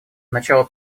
начала